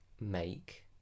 Make